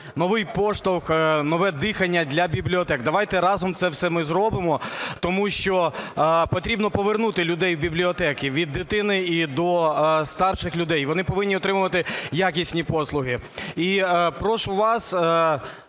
новий поштовх, нове дихання для бібліотек. Давайте разом це все ми зробимо. Тому що потрібно повернути людей в бібліотеки від дитини і до старших людей. Вони повинні отримувати якісні послуги. І прошу вас,